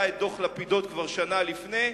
היה דוח-לפידות כבר שנה לפני כן.